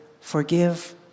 forgive